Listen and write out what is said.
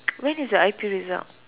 when is the I_P result